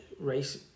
race